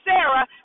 Sarah